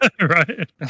Right